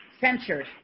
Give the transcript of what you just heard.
censured